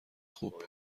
خوب